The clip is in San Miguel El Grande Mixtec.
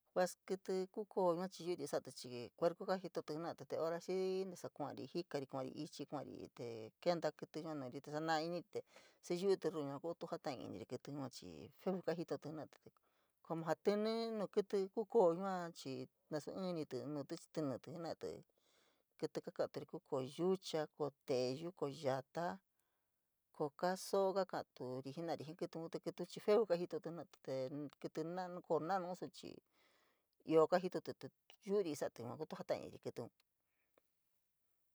Vas kiti koo yua chií yoori sa´atí chií kuerku kaa jitoti te hora xií ntasa kuari jikari kua’ari ichi kuari te kenta kiti yua nori te saana iníri te síyuutí ruu yua kuuto jata’iníri kiti’un yuu chií fee kajitoti jena´ati como jaa tintí ñuu kiti koo koo yoo chií nasu ñiti’e moutí chií tintí jena´ati kiti kakadutí koo koo yooba, koo leyeu, koo yaóó, koo kaa soo kakuuto jenalí, jií kiti’un te kiti’n chií feo kajitoti jenatí kiti na´anun koo na´nun su chií ioo kajitotí te yuuri sa´atí tuu jatairi kítíun.